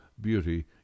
beauty